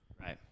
Right